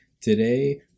today